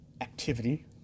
activity